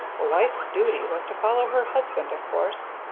a wife's duty was to follow her husband, of course.